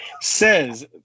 says